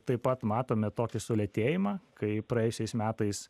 taip pat matome tokį sulėtėjimą kai praėjusiais metais